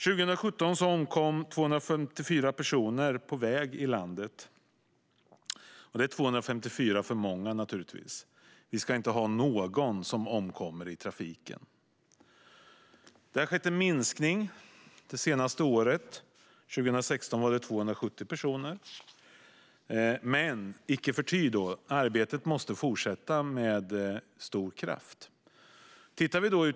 År 2017 omkom 254 personer på väg i landet. Det är naturligtvis 254 för många. Ingen ska omkomma i trafiken. Det har skett en minskning. År 2016 var det 270 personer som omkom. Men icke förty måste arbetet fortsätta med stor kraft.